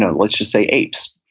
and let's just say apes.